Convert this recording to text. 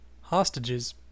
Hostages